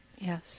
Yes